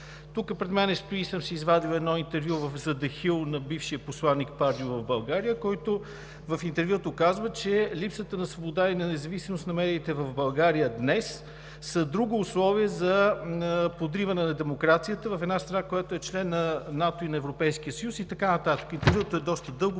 Тук пред мен стои и съм си извадил едно интервю в The Hill на бившия посланик Пардю в България, който казва в интервюто, че липсата на свобода и независимост на медиите в България днес са друго условие за подриване на демокрацията в една страна, която е член на НАТО и на Европейския съюз, и така нататък. Интервюто е доста дълго